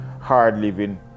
hard-living